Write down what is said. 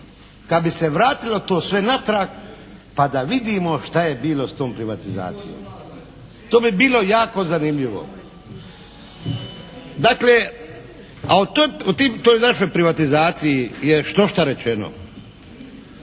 kad bi se vratilo to sve natrag pa da vidimo šta je bilo s tom privatizacijom. To bi bilo jako zanimljivo. Dakle, a o tim, toj našoj privatizaciji je štošta rečeno.